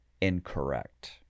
incorrect